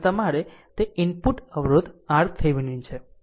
અને તમારે તે ઇનપુટ અવરોધ RThevenin છે